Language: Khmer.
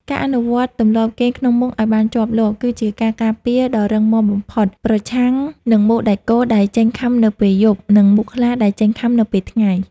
ការអនុវត្តទម្លាប់គេងក្នុងមុងឱ្យបានជាប់លាប់ គឺជាការការពារដ៏រឹងមាំបំផុតប្រឆាំងនឹងមូសដែកគោលដែលចេញខាំនៅពេលយប់ និងមូសខ្លាដែលចេញខាំនៅពេលថ្ងៃ។